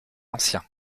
ancien